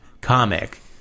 comic